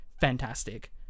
fantastic